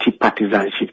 partisanship